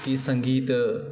गीत संगीत